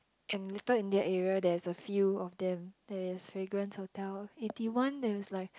and Little India area there is a few of them there is Fragrance Hotel Eighty One there is like